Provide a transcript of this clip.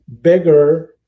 bigger